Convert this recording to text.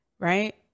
right